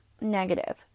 negative